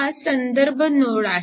हा संदर्भ नोड आहे